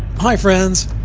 hi friends,